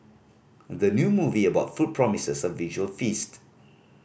the new movie about food promises a visual feast